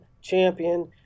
champion